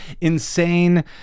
insane